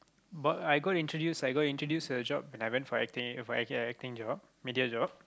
but I got introduce I got introduce a job when I went for acting If I a~ acting job media job